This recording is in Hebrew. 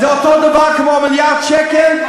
זה אותו הדבר כמו מיליארד שקל,